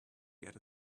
get